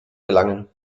gelangen